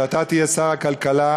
שאתה תהיה שר הכלכלה,